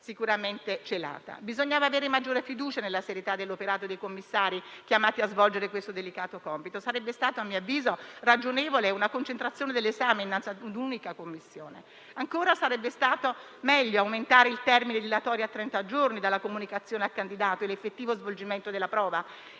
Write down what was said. sicuramente celata. Bisognava avere maggiore fiducia nella serietà dell'operato dei commissari chiamati a svolgere questo delicato compito. Sarebbe stato, a mio avviso, ragionevole una concentrazione dell'esame innanzi ad un'unica commissione; ancora, sarebbe stato meglio aumentare il termine dilatorio a trenta giorni dalla comunicazione al candidato e l'effettivo svolgimento della prova.